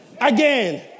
again